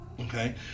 Okay